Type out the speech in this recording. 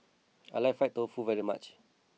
I like Fried Tofu very much